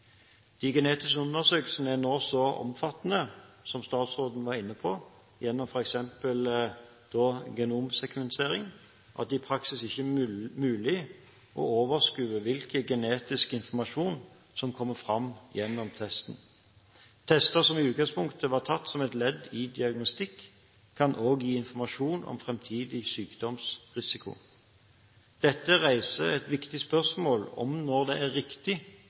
De genetiske undersøkelsene er nå, som statsråden var inne på, så omfattende, gjennom f.eks. genomsekvensering, at det i praksis ikke er mulig å overskue hvilken genetisk informasjon som kommer fram gjennom testen. Tester som i utgangspunktet var tatt som et ledd i diagnostikk, kan også gi informasjon om framtidig sykdomsrisiko. Dette reiser et viktig spørsmål om når det er riktig